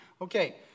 Okay